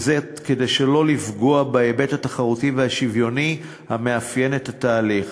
כדי שלא לפגוע בהיבט התחרותי והשוויוני המאפיין את התהליך.